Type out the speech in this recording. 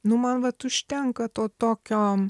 nu man vat užtenka to tokio